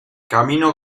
camino